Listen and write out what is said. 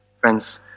Friends